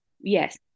Yes